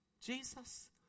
Jesus